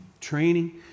training